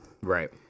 Right